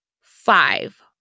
Five